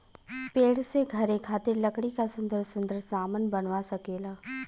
पेड़ से घरे खातिर लकड़ी क सुन्दर सुन्दर सामन बनवा सकेला